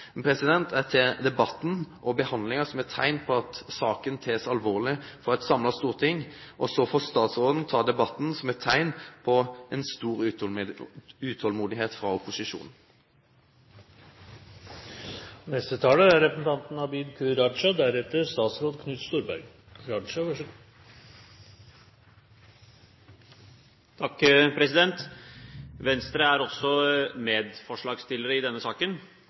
Jeg tar debatten og behandlingen som et tegn på saken tas alvorlig av et samlet storting, og så får statsråden ta debatten som et tegn på stor utålmodighet fra opposisjonen. Venstre er også medforslagsstiller i denne saken. Aller først vil jeg starte med å berømme justisminister Storberget for å ha et betydelig engasjement i